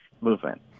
movement